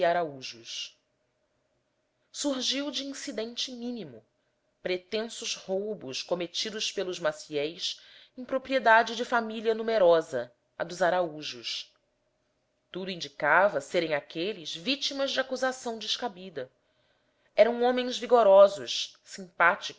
araújos surgiu de incidente mínimo pretensos roubos cometidos pelos maciéis em propriedade de família numerosa a dos araújos tudo indicava serem aqueles vítimas de acusação descabida eram homens vigorosos simpáticos